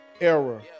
era